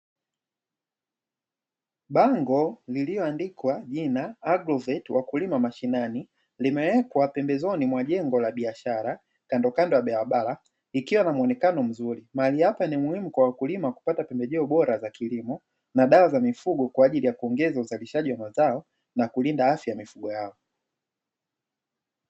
Bango lililoandikwa jina ''agroveti wakulima mashinani'' limewekwa pembezoni mwa jengo la biashara kandokando ya barabara, ikiwa na mwonekano mzuri, mahali hapa ni muhimu kwa wakulima kupata pembejeo bora za kilimo na dawa za mifugo, kwa ajili ya kuongeza uzalishaji wa mazao na kulinda afya mifugo yao.